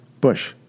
Bush